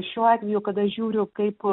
šiuo atveju kada žiūriu kaip